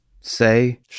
say